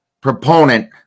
proponent